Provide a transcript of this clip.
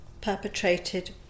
perpetrated